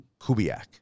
Kubiak